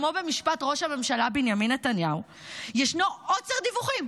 כמו במשפט ראש הממשלה בנימין נתניהו ישנו עוצר דיווחים,